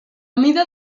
mida